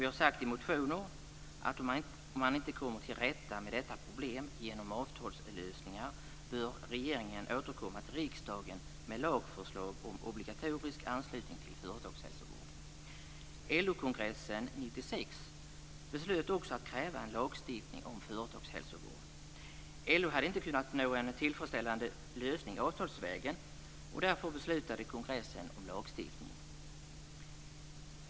Vi har sagt i motioner att om man inte kommer till rätta med detta problem genom avtalslösningar bör regeringen återkomma till riksdagen med lagförslag om obligatorisk anslutning till företagshälsovård. LO-kongressen 1996 beslöt också att kräva en lagstiftning om företagshälsovård. LO hade inte kunnat nå en tillfredsställande lösning avtalsvägen, därför beslutade kongressen om lagstiftning.